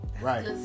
Right